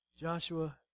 Joshua